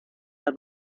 las